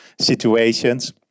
situations